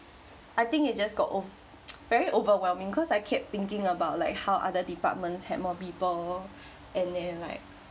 I think it just got ove~ very overwhelming cause I kept thinking about like how other departments had more people and then like